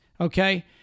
okay